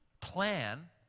plan